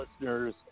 listeners